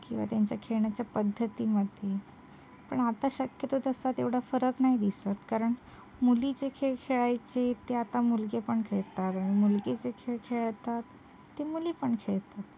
किंवा त्यांच्या खेळण्याच्या पद्धतीमध्ये पण आता शक्यतो तसा तेवढा फरक नाही दिसत कारण मुली जे खेळ खेळायचे ते आता मुलगे पण खेळतात आणि मुलगे जे खेळ खेळतात ते मुली पण खेळतात